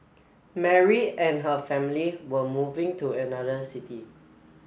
Mary and her family were moving to another city